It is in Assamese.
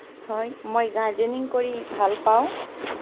হয় মই গাৰ্ডেনিং কৰি ভাল পাওঁ